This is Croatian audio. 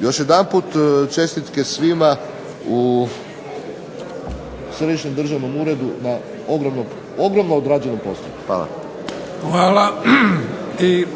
Još jedanput čestitke svima u Središnjem državnom uredu na ogromno odrađenom poslu. Hvala. **Bebić, Luka (HDZ)** Hvala. I